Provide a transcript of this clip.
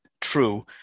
true